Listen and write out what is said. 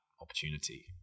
opportunity